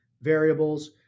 variables